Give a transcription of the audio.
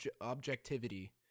objectivity